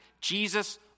Jesus